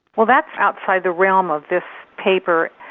well that's outside the realm of this paper.